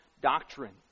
doctrine